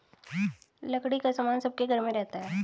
लकड़ी का सामान सबके घर में रहता है